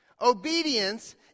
Obedience